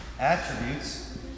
Attributes